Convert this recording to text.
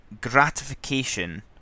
gratification